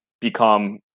become